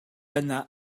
yna